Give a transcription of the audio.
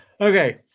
Okay